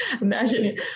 imagine